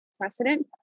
precedent